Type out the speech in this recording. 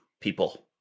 people